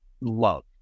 love